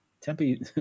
Tempe